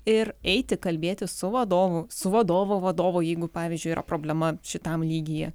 ir eiti kalbėtis su vadovu su vadovo vadovu jeigu pavyzdžiui yra problema šitam lygyje